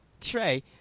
Trey